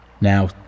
Now